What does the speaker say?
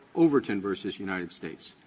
overton v. united states.